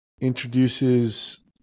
introduces